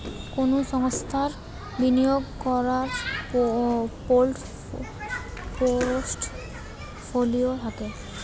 কুনো সংস্থার বিনিয়োগ কোরার পোর্টফোলিও থাকে